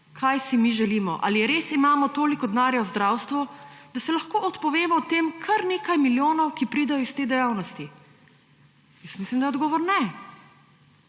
kaj si mi želimo. Ali res imamo toliko denarja v zdravstvu, da se lahko odpovemo tem kar nekaj milijonom, ki pridejo iz te dejavnosti? Mislim, da je odgovor ne.